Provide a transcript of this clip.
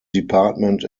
department